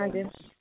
हजुर